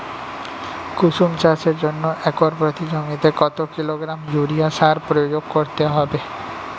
কুসুম চাষের জন্য একর প্রতি জমিতে কত কিলোগ্রাম ইউরিয়া সার প্রয়োগ করতে হবে?